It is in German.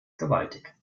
gewaltig